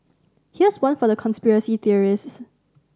here's one for the conspiracy theorists